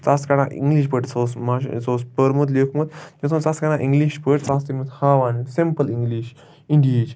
ژٕ آس کڑان اِنٛگِش پٲٹھۍ سُہ اوس ماشا سُہ اوس پوٚرمُت لیوٚکھمُت تٔمِس ووٚن مےٚ ژٕ آس کرانن اِنٛگلِش پٲٹھۍ ژٕ آس تٔمِس ہاوان سِمپل انگلِش اِنڈِہِچ